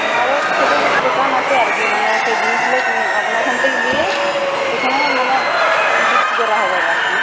আমারও তো ছোটো ছোটো দোকান আছে আর কি মানে ওই সেই জিনিসগুলো আপনার ওখান থেকে নিয়ে এখানে মানে বিক্রি করা হবে আর কি